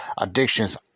addictions